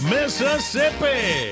Mississippi